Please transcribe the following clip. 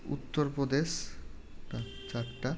উত্তর প্রদেশ আর চারটা